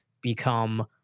become